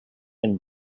and